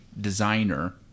designer